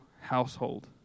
household